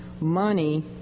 money